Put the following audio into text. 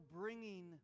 bringing